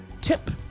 tip